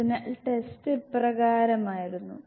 അതിനാൽ ടെസ്റ്റ് ഇപ്രകാരമായിരുന്നു